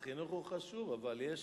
החינוך הוא חשוב, אבל יש